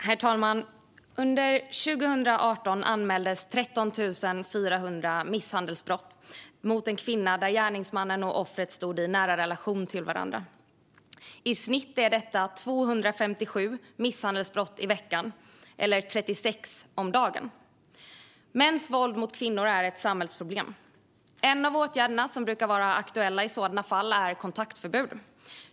Herr talman! Under 2018 anmäldes 13 400 misshandelsbrott mot en kvinna där gärningsmannen och offret stod i nära relation till varandra. I snitt är detta 257 misshandelsbrott i veckan eller 36 om dagen. Mäns våld mot kvinnor är ett samhällsproblem. En av de åtgärder som brukar vara aktuella i sådana fall är kontaktförbud.